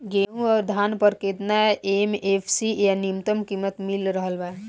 गेहूं अउर धान पर केतना एम.एफ.सी या न्यूनतम कीमत मिल रहल बा?